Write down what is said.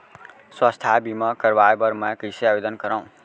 स्वास्थ्य बीमा करवाय बर मैं कइसे आवेदन करव?